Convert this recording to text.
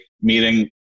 meeting